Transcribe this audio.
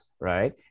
right